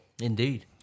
Indeed